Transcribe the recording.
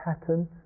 pattern